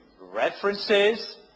references